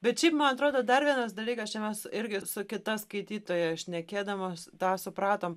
bet šiaip man atrodo dar vienas dalykas čia mes irgi su kita skaitytoja šnekėdamos tą supratom